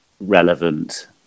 relevant